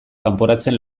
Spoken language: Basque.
kanporatzen